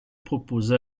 propose